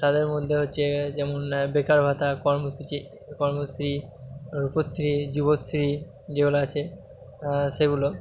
তাদের মধ্যে হচ্ছে যেমন বেকারভাতা কর্মসূচি কর্মশ্রী রূপশ্রী যুবশ্রী যেগুলো আছে সেগুলো